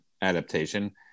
adaptation